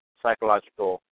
psychological